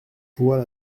voilà